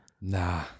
Nah